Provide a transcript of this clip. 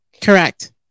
Correct